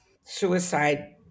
suicide